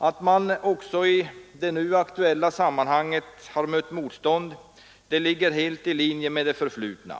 Att man också i det nu aktuella sammanhanget har rest motstånd ligger helt i linje med det förflutna.